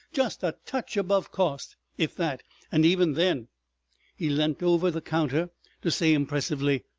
just a touch above cost if that and even then he leant over the counter to say impressively,